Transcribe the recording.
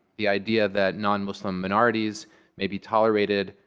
the idea that non-muslim minorities may be tolerated,